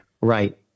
right